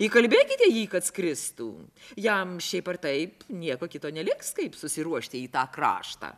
įkalbėkite jį kad skristų jam šiaip ar taip nieko kito neliks kaip susiruošti į tą kraštą